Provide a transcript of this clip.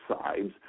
sides